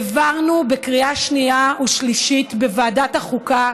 העברנו בקריאה שנייה ושלישית בוועדת החוקה